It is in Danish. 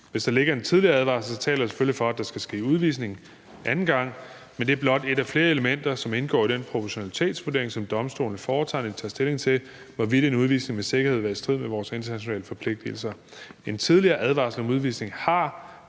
Hvis der ligger en tidligere advarsel, taler det selvfølgelig for, der skal ske udvisning anden gang, men det er blot et af flere elementer, som indgår i den proportionalitetsvurdering, som domstolene foretager, når de tager stilling til, hvorvidt en udvisning med sikkerhed vil være i strid med vores internationale forpligtelser. En tidligere advarsel om udvisning har